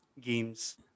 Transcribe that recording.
games